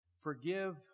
Forgive